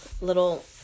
little